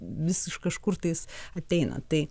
vis iš kažkurtais ateina tai